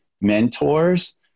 mentors